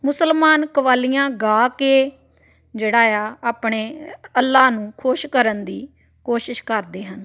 ਮੁਸਲਮਾਨ ਕਵਾਲੀਆਂ ਗਾ ਕੇ ਜਿਹੜਾ ਆ ਆਪਣੇ ਅੱਲਾ ਨੂੰ ਖੁਸ਼ ਕਰਨ ਦੀ ਕੋਸ਼ਿਸ਼ ਕਰਦੇ ਹਨ